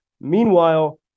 Meanwhile